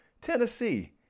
Tennessee